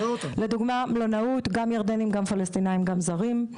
לדוגמא, מלונאות גם ירדנים, גם פלשתינאים גם זרים.